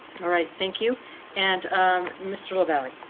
alright, thank you and mr lavalley.